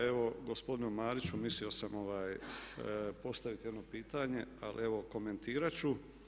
Evo gospodinu Mariću mislio sam postaviti jedno pitanje ali evo komentirati ću.